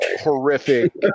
horrific